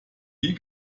wie